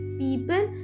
people